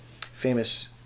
famous